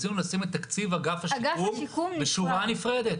רצינו לשים את תקציב אגף השיקום בשורה נפרדת.